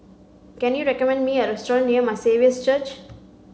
can you recommend me a restaurant near My Saviour's Church